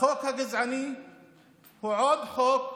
החוק הגזעני הוא עוד חוק